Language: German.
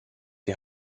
die